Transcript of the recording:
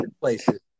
places